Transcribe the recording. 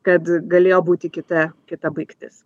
kad galėjo būti kita kita baigtis